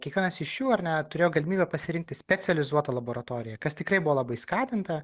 kiekvienas iš jų ar ne turėjo galimybę pasirinkti specializuotą laboratoriją kas tikrai buvo labai skatinta